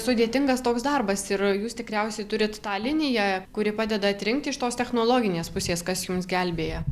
sudėtingas toks darbas ir jūs tikriausiai turit tą liniją kuri padeda atrinkti iš tos technologinės pusės kas jums gelbėja